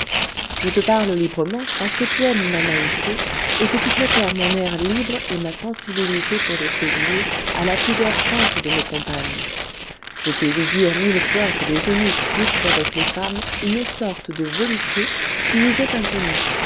je te parle librement parce que tu aimes ma naïveté et que tu préfères mon air libre et ma sensibilité pour les plaisirs à la pudeur feinte de mes compagnes je t'ai ouï dire mille fois que les eunuques goûtent avec les femmes une sorte de volupté qui nous est inconnue